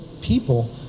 people